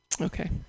Okay